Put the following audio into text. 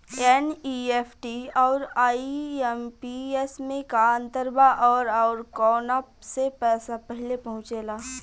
NEFT आउर IMPS मे का अंतर बा और आउर कौना से पैसा पहिले पहुंचेला?